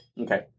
Okay